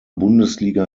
bundesliga